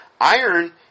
iron